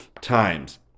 times